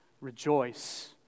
rejoice